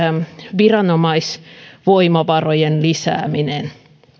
viranomaisvoimavarojen lisääminen